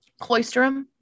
cloisterum